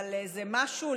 לאיזה משהו,